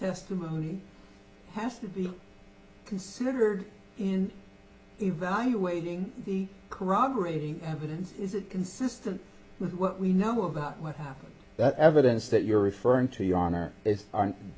testimony has to be considered in evaluating the corroborating evidence is it consistent with what we know about what that evidence that you're referring to your honor is aren't